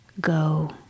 go